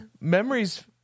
memories